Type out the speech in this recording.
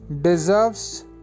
deserves